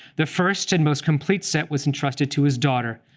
the first and most complete set was entrusted to his daughter,